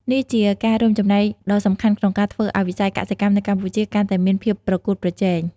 នេះជាការរួមចំណែកដ៏សំខាន់ក្នុងការធ្វើឲ្យវិស័យកសិកម្មនៅកម្ពុជាកាន់តែមានភាពប្រកួតប្រជែង។